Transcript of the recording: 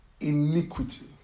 iniquity